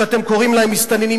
שאתם קוראים להם "מסתננים",